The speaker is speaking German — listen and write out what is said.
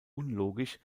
unlogisch